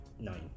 Nine